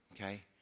Okay